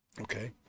Okay